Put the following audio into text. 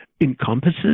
encompasses